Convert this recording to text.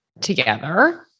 together